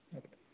okay